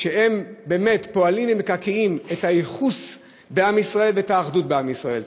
שהם באמת פועלים ומקעקעים את הייחוס בעם ישראל ואת האחדות בעם ישראל.